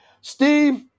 Steve